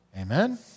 Amen